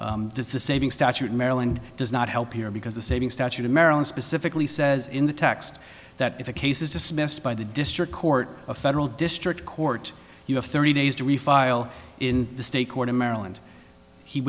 the saving statute in maryland does not help here because the saving statute in maryland specifically says in the text that if a case is dismissed by the district court a federal district court you have thirty days to refile in the state court in maryland the